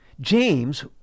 James